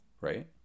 right